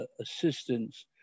assistance